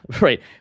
right